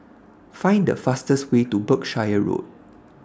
Find The fastest Way to Berkshire Road